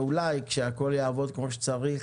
אולי כשהכול יעבוד כמו שצריך